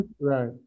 right